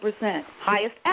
highest